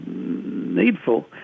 needful